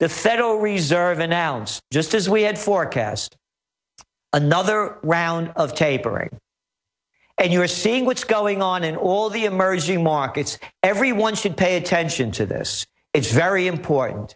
the federal reserve announced just as we had forecast another round of tapering and you're seeing what's going on in all the emerging markets everyone should pay attention to this it's very important